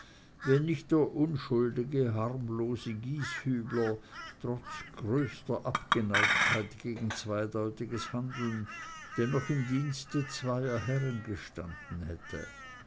wenn nicht der unschuldige harmlose gieshübler trotz größter abgeneigtheit gegen zweideutiges handeln dennoch im dienste zweier herren gestanden hätte